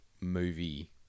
movie